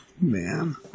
man